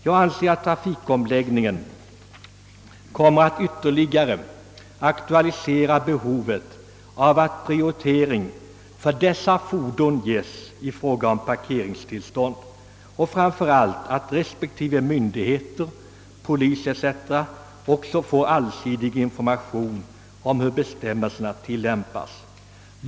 Jag anser att trafikomläggningen kommer att ytterligare aktualisera behovet av att en Prioritering för dessa fordon göres när det gäller parkeringstillstånd och att framför allt berörda myndigheter och polisen också får allsidig information om hur bestämmelserna skall tillämpas.